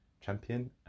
champion